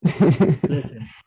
Listen